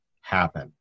happen